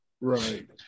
Right